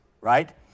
right